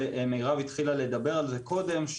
ומירב התחילה לדבר על זה קודם,